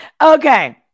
Okay